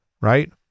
right